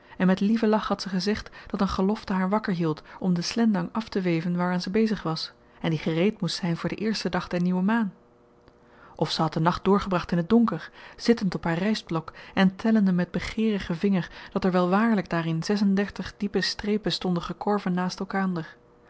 en met lieven lach had ze gezegd dat een gelofte haar wakker hield om den slendang afteweven waaraan ze bezig was en die gereed moest zyn voor den eersten dag der nieuwe maan of ze had den nacht doorgebracht in t donker zittend op haar rystblok en tellende met begeerigen vinger dat er wel waarlyk daarin zes-en-dertig diepe strepen stonden gekorven naast elkander